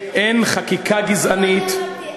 אין חקיקה גזענית,